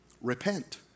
Repent